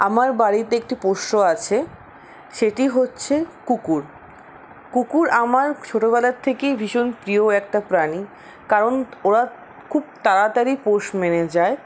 আমার বাড়িতে একটি পোষ্য আছে সেটি হচ্ছে কুকুর কুকুর আমার ছোটোবেলার থেকেই ভীষণ প্রিয় একটা প্রাণী কারণ ওরা খুব তাড়াতাড়ি পোষ মেনে যায়